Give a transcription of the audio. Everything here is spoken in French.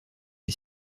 est